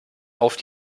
auf